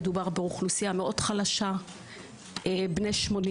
"מדובר באוכלוסייה מאוד חלשה בני 80,